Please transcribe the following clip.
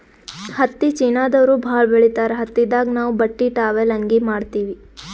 ಹತ್ತಿ ಚೀನಾದವ್ರು ಭಾಳ್ ಬೆಳಿತಾರ್ ಹತ್ತಿದಾಗ್ ನಾವ್ ಬಟ್ಟಿ ಟಾವೆಲ್ ಅಂಗಿ ಮಾಡತ್ತಿವಿ